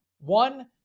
One